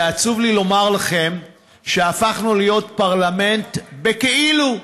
ועצוב לי לומר לכם שהפכנו להיות פרלמנט בכאילו,